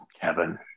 Kevin